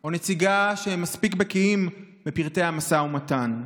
או נציגה שמספיק בקיאים בפרטי המשא ומתן.